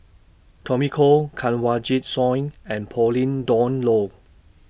Tommy Koh Kanwaljit Soin and Pauline Dawn Loh